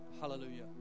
Hallelujah